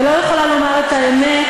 ולא יכולה לומר את האמת,